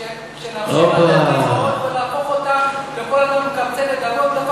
שנמשיך לתת קצבאות ונהפוך אותם למקבצי נדבות?